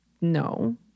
No